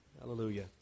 Hallelujah